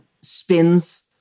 spins